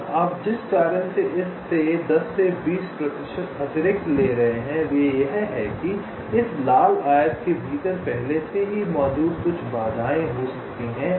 अब आप जिस कारण से इसे 10 से 20 प्रतिशत अतिरिक्त ले रहे हैं वह यह है कि इस लाल आयत के भीतर पहले से मौजूद कुछ बाधाएँ हो सकती हैं